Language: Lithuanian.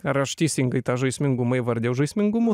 ar aš teisingai tą žaismingumą įvardijau žaismingumu